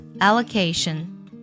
allocation